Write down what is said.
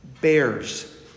bears